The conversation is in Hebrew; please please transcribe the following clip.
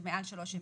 שמעל שלוש עמדות,